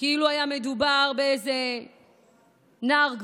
כאילו היה מדובר בנער גבעות,